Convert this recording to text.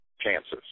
chances